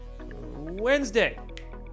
Wednesday